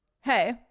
Hey